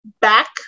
back